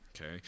okay